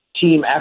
team